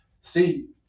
See